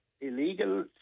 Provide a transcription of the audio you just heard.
illegal